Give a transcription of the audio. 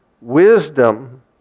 wisdom